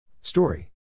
Story